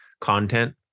content